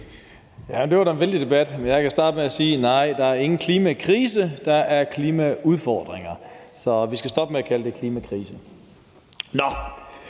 Det var da en vældig debat, men jeg kan starte med at sige: Nej, der er ingen klimakrise, der er klimaudfordringer. Så vi skal stoppe med at kalde det klimakrise.